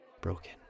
broken